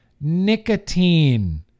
nicotine